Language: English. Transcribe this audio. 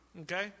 Okay